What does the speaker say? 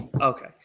okay